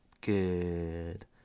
good